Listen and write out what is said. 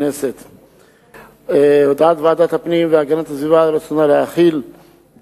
בקשת ועדת הפנים והגנת הסביבה על רצונה להחיל דין